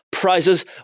prizes